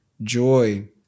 joy